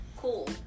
Cool